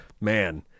man